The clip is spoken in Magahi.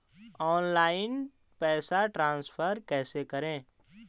ऑनलाइन पैसा ट्रांसफर कैसे करे?